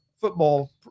football